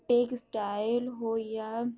textile ہو یا